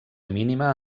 mínima